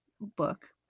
book